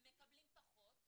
הם מקבלים פחות,